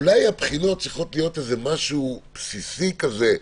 אולי הבחינות צריכות להיות בסיסיות מאוד.